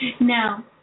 Now